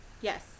Yes